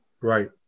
Right